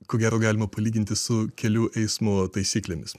ko gero galima palyginti su kelių eismu taisyklėmis